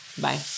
Bye